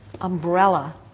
umbrella